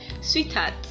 sweetheart